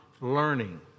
learning